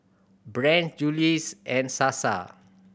brand Julie's and Sasa